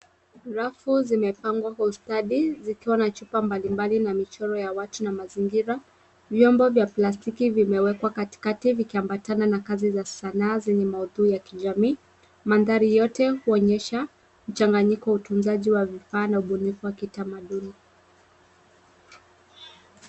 Rafu zimepangwa kwa ustadi zikiwa na chupa mbalimbali na michoro ya watu na mazingira, vyombo vya plastiki vimewekwa katikati vikiambatana na kazi za sanaa zenye maudhui ya kijamii. Mandhari yote huonyesha mchanganyiko wa utunzaji wa vifaa na ubunifu wa kitamaduni.